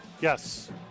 Yes